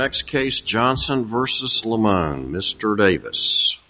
next case johnson versus mr davis